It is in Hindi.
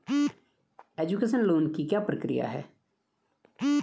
एजुकेशन लोन की क्या प्रक्रिया है?